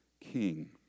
king